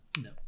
No